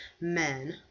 men